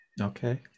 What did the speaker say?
Okay